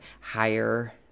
higher